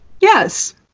Yes